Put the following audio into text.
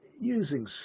using